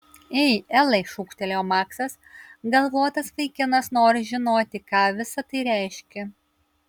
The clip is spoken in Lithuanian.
ei elai šūktelėjo maksas galvotas vaikinas nori žinoti ką visa tai reiškia